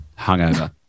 Hungover